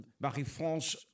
Marie-France